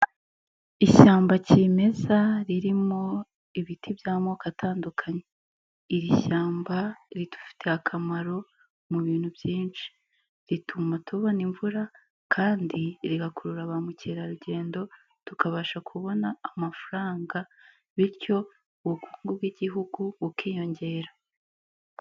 Ishyamba kimeza ririmo ibiti by'amoko atandukanye, iri shyamba ridufitiye akamaro mu bintu byinshi, rituma tubona imvura kandi rigakurura ba mukerarugendo tukabasha kubona amafaranga bityo ubukungu bw'igihugu bukiyongera.